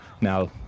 now